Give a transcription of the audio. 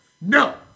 No